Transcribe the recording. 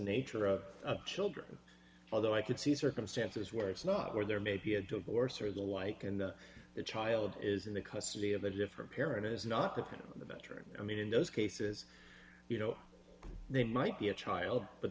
nature of children although i could see circumstances where it's not where there may be a divorce or the like and the child is in the custody of a different parent is not that better i mean in those cases you know they might be a child but